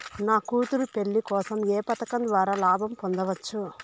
నా కూతురు పెళ్లి కోసం ఏ పథకం ద్వారా లాభం పొందవచ్చు?